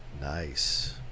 Nice